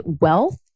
wealth